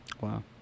Wow